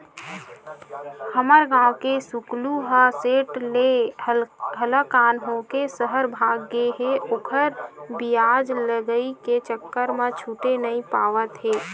हमर गांव के सुकलू ह सेठ ले हलाकान होके सहर भाग गे हे ओखर बियाज लगई के चक्कर म छूटे नइ पावत हे